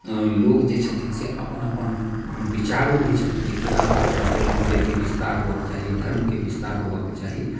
लोग जे छथिन से अपन अपन विचारो दै छथिन जे केना कऽ मतलब अइ मन्दिरके बिस्तार हुअके चाही धर्मके विस्तार हुअके चाही